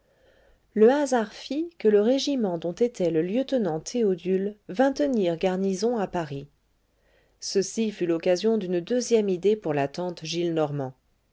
le hasard fit que le régiment dont était le lieutenant théodule vint tenir garnison à paris ceci fut l'occasion d'une deuxième idée pour